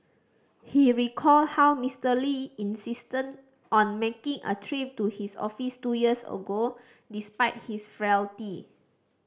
he recalled how Mister Lee insisted on making a trip to his office two years ago despite his frailty